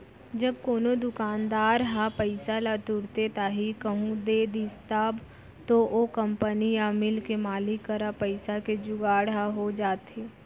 जब कोनो दुकानदार ह पइसा ल तुरते ताही कहूँ दे दिस तब तो ओ कंपनी या मील के मालिक करा पइसा के जुगाड़ ह हो जाथे